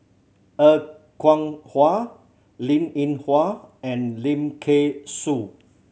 Er Kwong Wah Linn In Hua and Lim Kay Siu